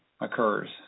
occurs